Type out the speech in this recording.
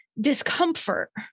discomfort